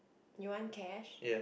you want cash